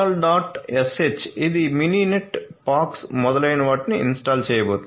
sh ఇది ఈ Mininet POX మొదలైన వాటిని ఇన్స్టాల్ చేయబోతోంది